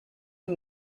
and